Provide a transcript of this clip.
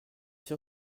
sûr